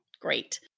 Great